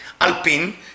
Alpin